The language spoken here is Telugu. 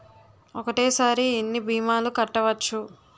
ఒక్కటేసరి ఎన్ని భీమాలు కట్టవచ్చు?